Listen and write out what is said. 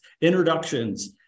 introductions